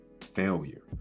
failure